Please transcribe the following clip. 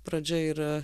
pradžia yra